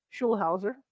schulhauser